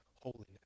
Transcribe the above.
holiness